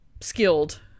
skilled